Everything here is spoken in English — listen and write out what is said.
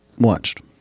Watched